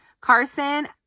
Carson